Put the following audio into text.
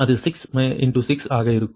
அதாவது அது 6 6 ஆக இருக்கும்